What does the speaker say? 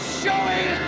showing